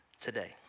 today